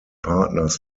partners